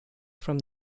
from